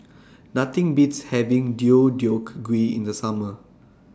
Nothing Beats having Deodeok Gui in The Summer